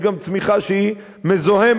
יש גם צמיחה שהיא מזוהמת,